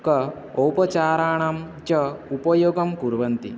क औपचाराणां च उपयोगं कुर्वन्ति